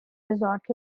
resort